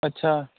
ਅੱਛਾ